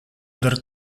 del